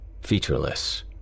featureless